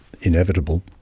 inevitable